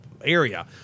area